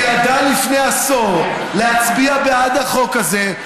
שידע לפני עשור להצביע בעד החוק הזה,